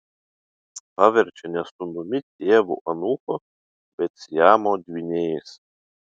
paverčia ne sūnumi tėvu anūku bet siamo dvyniais